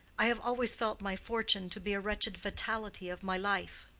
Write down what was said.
i have always felt my fortune to be a wretched fatality of my life.